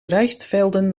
rijstvelden